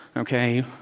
ok.